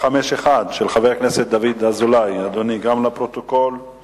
חבר הכנסת דוד אזולאי שאל את השר לביטחון